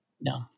No